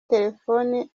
telephone